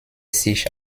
sich